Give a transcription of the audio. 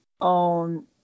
on